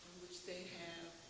which they have